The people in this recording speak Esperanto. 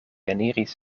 eniris